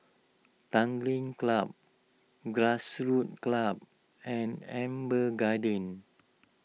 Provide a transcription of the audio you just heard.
Tanglin Club Grassroots Club and Amber Gardens